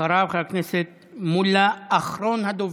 אחריו, חבר הכנסת מולא, אחרון הדוברים.